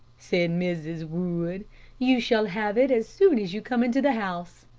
said mrs. wood you shall have it as soon as you come into the house.